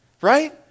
right